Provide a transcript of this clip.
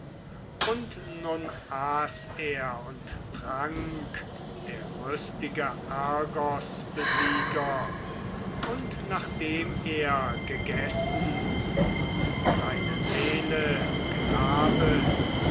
und nun aß er und trank der rüstige argosbesieger und nachdem er gegessen und seine seele gelabet